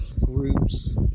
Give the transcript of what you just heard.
groups